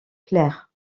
clair